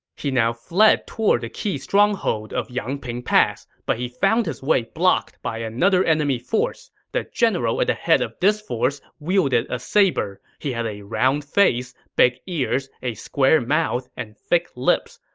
he now fled toward the key stronghold of yangping pass, but he found his way blocked by another enemy force. the general at the head of this force wielded a saber. he had a round face, big ears, a square mouth, and thick lips.